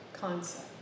concept